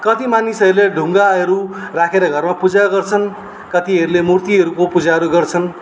कति मानिसहरूले ढुङ्गाहरू राखेर घरमा पूजा गर्छन् कतिहरूले मूर्तिहरूको पूजा गर्छन्